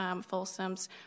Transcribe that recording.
Folsom's